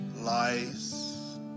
lies